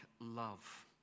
love